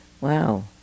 wow